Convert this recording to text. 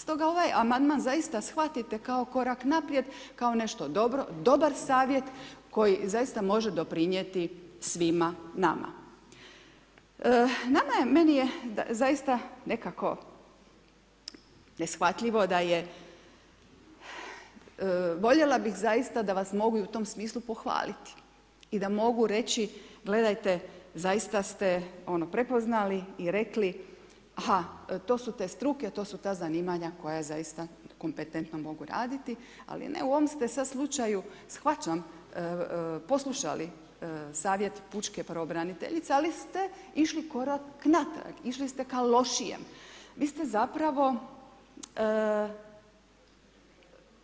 Stoga ovaj amandman zaista shvatite kao korak naprijed, kao nešto dobro, dobar savjet koji zaista može doprinijeti svima nama je, meni je zaista nekako neshvatljivo da je, voljela bih zaista da vas mogu u tom smislu pohvaliti i da mogu reći gledajte, zaista ste, ono prepoznali i rekli, to su te struke, to su ta zanimanja koja zaista kompetentno mogu raditi, ali ne u ovom ste sad slučaju, shvaćam poslušali savjet Pučke pravobraniteljice, ali ste išli korak natrag, išli ste ka lošijem, vi ste zapravo